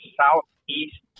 southeast